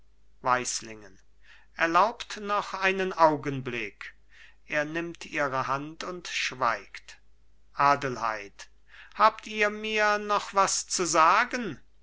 weislingen erlaubt noch einen augenblick er nimmt ihre hand und schweigt adelheid habt ihr mir noch was zu sagen